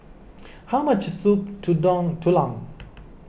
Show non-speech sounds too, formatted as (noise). how much Soup (unintelligible) Tulang